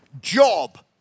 job